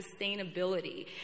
sustainability